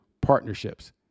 partnerships